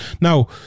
Now